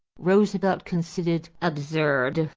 roosevelt considered absurd.